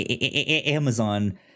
Amazon